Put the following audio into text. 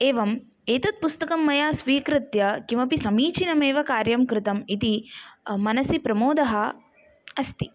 एवम् एतत् पुस्तकं मया स्वीकृत्य किमपि समीचीनमेव कार्यं कृतम् इति मनसि प्रमोदः अस्ति